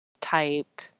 type